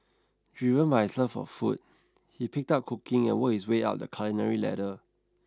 driven by his love for food he picked up cooking and worked his way up the culinary ladder